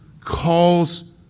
calls